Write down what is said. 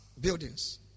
buildings